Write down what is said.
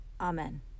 Amen